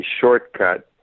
shortcut